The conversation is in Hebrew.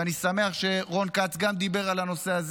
ואני שמח שגם רון כץ דיבר על הנושא הזה,